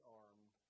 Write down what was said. armed